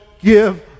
give